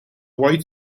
white